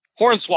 Hornswoggle